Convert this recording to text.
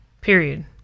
Period